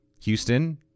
Houston